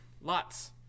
Lots